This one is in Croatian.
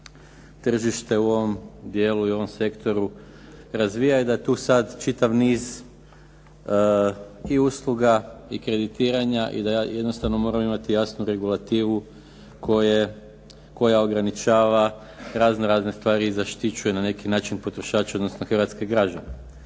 tržište u ovom dijelu i u ovom sektoru razvija i da je tu sad čitav niz i usluga i kreditiranja i da ja jednostavno moram imati jasnu regulativu koja ograničava raznorazne stvari i zaštićuje na neki način potrošače, odnosno hrvatske građane.